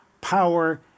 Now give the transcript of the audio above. power